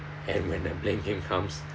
and when the blame game comes